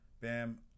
Bam